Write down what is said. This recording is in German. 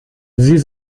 sie